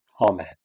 amen